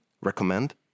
recommend